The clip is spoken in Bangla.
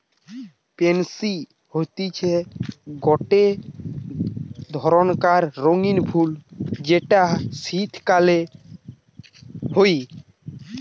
পেনসি হতিছে গটে ধরণকার রঙ্গীন ফুল যেটা শীতকালে হই